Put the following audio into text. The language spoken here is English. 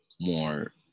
more